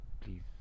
please